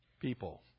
people